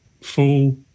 full